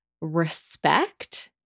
respect